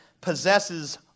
possesses